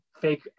fake